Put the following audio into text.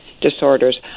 disorders